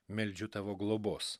meldžiu tavo globos